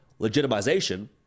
legitimization